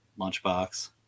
lunchbox